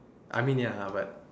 I mean ya but